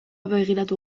begiratu